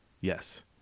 yes